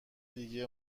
دیگه